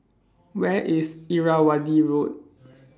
Where IS Irrawaddy Road